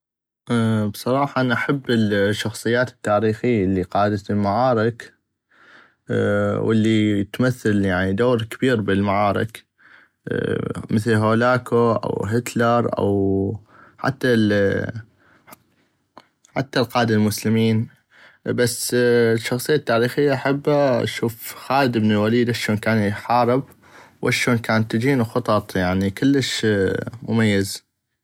بصراحة انا احب الشخصيات التاريخي الي قادت المعارك والي تمثل يعني دور كبير بل المعارك مثل هولاكو وهتلر حتى القادة المسلمين بس الشخصية التاريخي الي احبا اشوف خالد ابن الوليد اشون كان احارب واشون كانت تجينو خطط يعني كلش مميز.